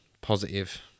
positive